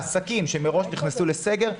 העסקים שמראש נכנסו לסגר,